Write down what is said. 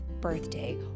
birthday